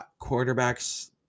Quarterbacks